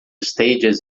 stages